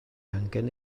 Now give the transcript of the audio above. angen